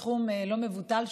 סכום לא מבוטל,